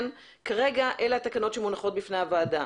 כרגע אלה התקנות שמונחות בפני הוועדה.